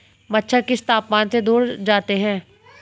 मच्छर किस तापमान से दूर जाते हैं?